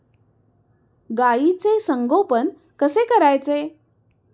गाईचे संगोपन कसे करायचे?